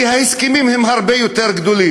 כי ההסכמים הם הרבה יותר חזקים.